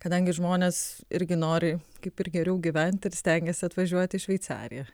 kadangi žmonės irgi nori kaip ir geriau gyvent ir stengiasi atvažiuot į šveicariją